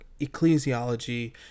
ecclesiology